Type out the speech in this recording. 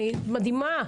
מדהימה,